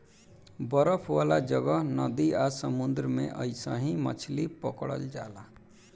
बरफ वाला जगह, नदी आ समुंद्र में अइसही मछली पकड़ल जाला